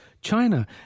China